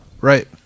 right